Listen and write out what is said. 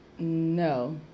No